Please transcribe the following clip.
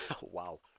Wow